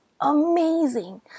amazing